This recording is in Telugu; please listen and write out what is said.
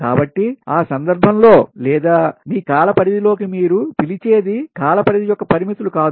కాబట్టి ఆ సందర్భంలో d లేదా మీ కాల పరిధిలోకి మీరు పిలిచేది కాల పరిధి యొక్క పరిమితులు కాదు